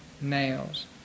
nails